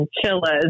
chinchillas